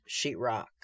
sheetrock